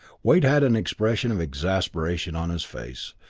wade had an expression of exasperation on his face,